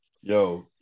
Yo